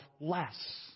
less